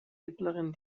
mittleren